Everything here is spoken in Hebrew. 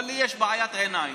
אבל לי יש בעיית עיניים.